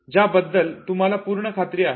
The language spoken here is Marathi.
ज्या बद्दल तुम्हाला पूर्ण खात्री आहे